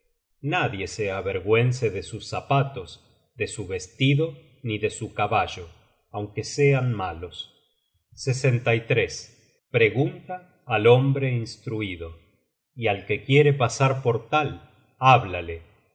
nadie se avergüence de sus zapatos de su vestido ni de su caballo aunque sean malos pregunta al hombre instruido y al que quiere pasar por tal háblale